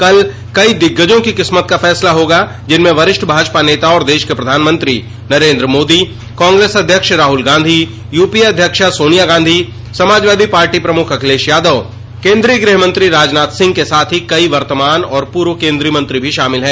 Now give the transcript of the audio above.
कल कई दिग्गजों की किस्मत का फैसला होगा जिसमें वरिष्ठ भाजपा नेता और देश के प्रधानमंत्री नरेन्द्र मोदी कांग्रेस अध्यक्ष राहुल गांधी यूपीए अध्यक्षा सोनिया गांधी समाजवादी पार्टी प्रमुख अखिलेश यादव केन्द्रीय गृहमंत्री राजनाथ सिंह के साथ ही कई वर्तमान और पूर्व केन्द्रीय मंत्री भी शामिल हैं